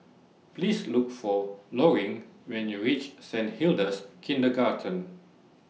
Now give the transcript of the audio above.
Please Look For Loring when YOU REACH Saint Hilda's Kindergarten